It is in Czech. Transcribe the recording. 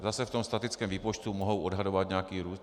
Zase v tom statickém výpočtu mohu odhadovat nějaký růst.